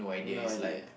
no idea